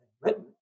written